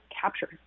capture